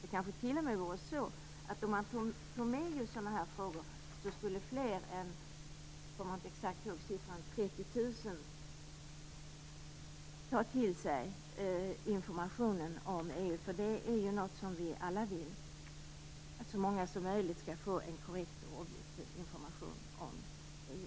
Om man tog med sådana här frågor skulle kanske fler än 30 000 personer ta till sig information om EU. Vi vill ju alla att så många som möjligt skall få en korrekt och objektiv information om EU.